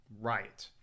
right